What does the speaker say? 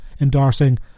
endorsing